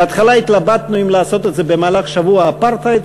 בהתחלה התלבטנו אם לעשות את זה במהלך שבוע האפרטהייד,